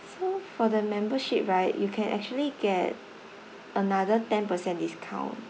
so for the membership right you can actually get another ten per cent discount